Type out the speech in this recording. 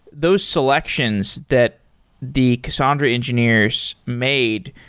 those selections that the so and engineers made.